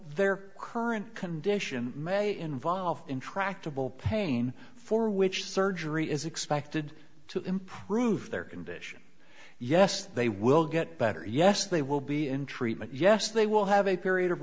their current condition may involve intractable pain for which surgery is expected to improve their condition yes they will get better yes they will be in treatment yes they will have a period of